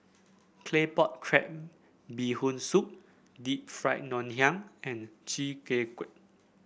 Claypot Crab Bee Hoon Soup Deep Fried Ngoh Hiang and Chi Kak Kuih